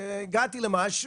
והגעתי למשהו.